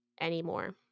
anymore